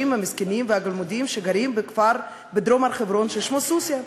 המסכנים והגלמודים שגרים בכפר בדרום הר-חברון ששמו סוסיא,